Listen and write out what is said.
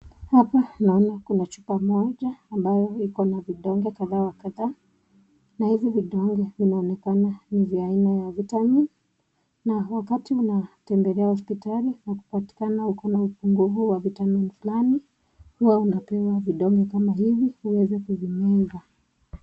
hapa naona kuna chupa moja ambaye iko na vidonge kadhaa wa kadhaa, na hivi vidonge vinaonekana ni vya aina ya vitamini, na wakati unatembelia hospitali unapatikana uko na ugonjwa wa vitamini fulani, huwa unapewa vidonge kama hizi ili kuzimeza.